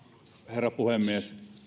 herra puhemies